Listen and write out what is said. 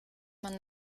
man